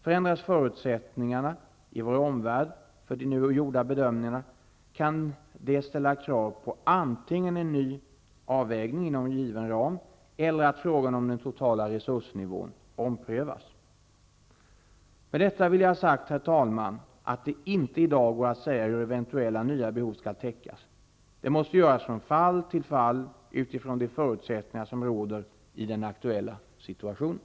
Förändras förutsättningarna i vår omvärld för de nu gjorda bedömningarna, kan det ställa krav på antingen en ny avvägning inom given ram eller att frågan om den totala resursnivån omprövas. Med detta vill jag ha sagt, herr talman, att det i dag inte går att säga hur eventuella nya behov skall täckas. Det måste avgöras från fall till fall utifrån de förutsättningar som råder i den aktuella situationen.